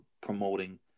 promoting